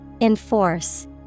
Enforce